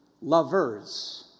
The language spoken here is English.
Lovers